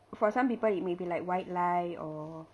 for some people it may be like white lie or